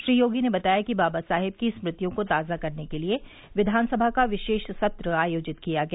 श्री योगी ने बताया कि बाबा साहेब की स्गृतियों को ताजा करने के लिये विघानसभा का विशेष सत्र आयोजित किया गया